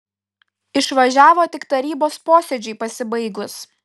išvažiavo tik tarybos posėdžiui pasibaigus